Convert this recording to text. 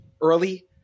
early